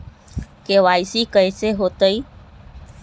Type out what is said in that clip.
KYC कैसे होतई?